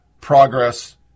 progress